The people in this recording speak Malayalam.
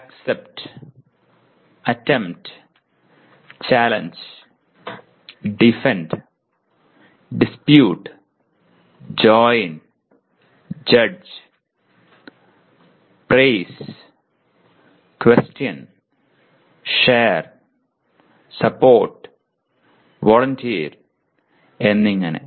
accept attempt challenge defend dispute join judge prize question share support volunteer എന്നിങ്ങനെ